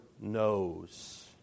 knows